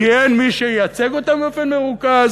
כי אין מי שייצג אותם באופן מרוכז?